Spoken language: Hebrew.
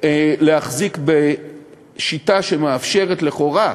להחזיק בשיטה שמאפשרת לכאורה,